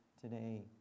today